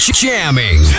jamming